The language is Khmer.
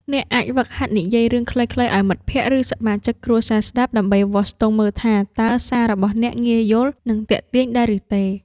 អ្នកអាចហ្វឹកហាត់និយាយរឿងខ្លីៗឱ្យមិត្តភក្តិ ឬសមាជិកគ្រួសារស្ដាប់ ដើម្បីវាស់ស្ទង់មើលថា តើសាររបស់អ្នកងាយយល់ និងទាក់ទាញដែរឬទេ។